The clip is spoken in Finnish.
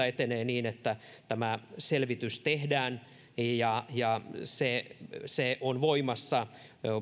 etenee niin että selvitys tehdään ja ja se se on voimassa